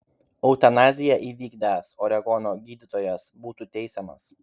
eutanaziją įvykdęs oregono gydytojas būtų teisiamas